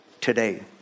today